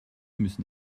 müssen